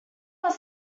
was